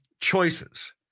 choices